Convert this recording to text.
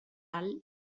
alt